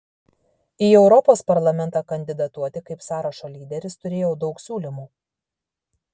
į europos parlamentą kandidatuoti kaip sąrašo lyderis turėjau daug siūlymų